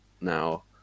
now